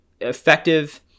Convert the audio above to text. effective